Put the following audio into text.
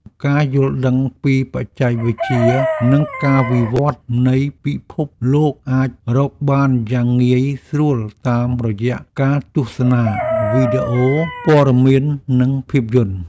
ការយល់ដឹងពីបច្ចេកវិទ្យានិងការវិវត្តនៃពិភពលោកអាចរកបានយ៉ាងងាយស្រួលតាមរយៈការទស្សនាវីដេអូព័ត៌មាននិងភាពយន្ត។